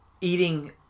eating